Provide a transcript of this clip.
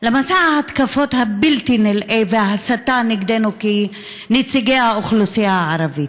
למסע ההתקפות הבלתי-נלאה וההסתה נגדנו כנציגי האוכלוסייה הערבית.